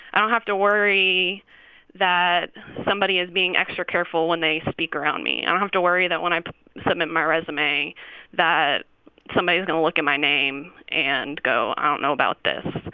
i don't have to worry that somebody is being extra careful when they speak around me. i don't have to worry that when i submit my resume that somebody's going to look at my name and go, i don't know about this.